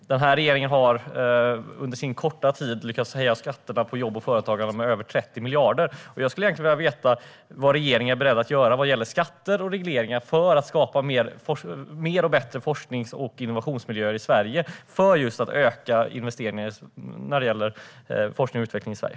Denna regering har under sin korta tid lyckats höja skatterna på jobb och företagande med över 30 miljarder. Jag skulle vilja veta vad regeringen är beredd att göra vad gäller skatter och regleringar för att skapa bättre forsknings och innovationsmiljöer i Sverige och för att öka investeringarna i forskning och utveckling i Sverige.